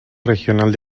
regional